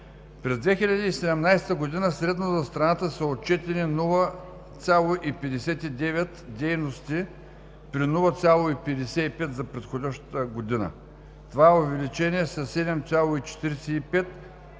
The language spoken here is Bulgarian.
През 2017 г. средно за страната са отчетени 0,59 дейности при 0,55 за предхождащата година. Това е увеличение със 7,45,